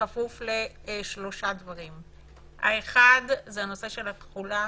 בכפוף לשלושה דברים: האחד זה נושא התחולה,